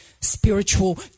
spiritual